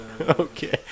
Okay